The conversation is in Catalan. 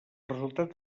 resultat